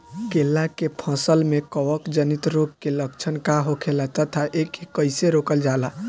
केला के फसल में कवक जनित रोग के लक्षण का होखेला तथा एके कइसे रोकल जाला?